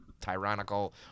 tyrannical